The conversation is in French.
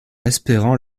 espérant